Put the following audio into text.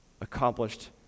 accomplished